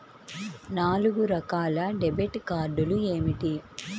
నాలుగు రకాల డెబిట్ కార్డులు ఏమిటి?